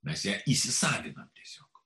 mes ją įsisavinam tiesiog